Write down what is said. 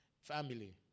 family